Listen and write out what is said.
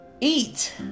eat